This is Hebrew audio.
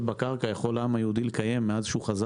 בקרקע שהעם היהודי יכול לקיים מאז שהחל